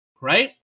right